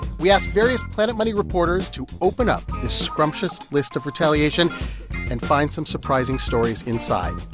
we asked various planet money reporters to open up this scrumptious list of retaliation and find some surprising stories inside,